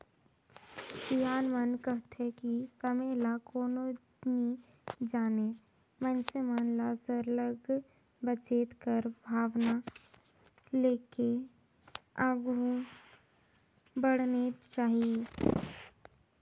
सियान मन कहथें कि समे ल कोनो नी जानें मइनसे मन ल सरलग बचेत कर भावना लेके आघु बढ़नेच चाही